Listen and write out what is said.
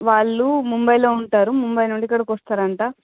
వాళ్లు ముంబైలో ఉంటారు ముంబై నుంచి ఇక్కడికి వస్తారంటా